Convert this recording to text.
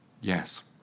Yes